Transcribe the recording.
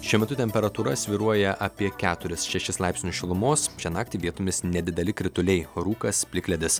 šiuo metu temperatūra svyruoja apie keturis šešis laipsnius šilumos šią naktį vietomis nedideli krituliai rūkas plikledis